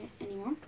anymore